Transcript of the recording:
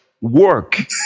work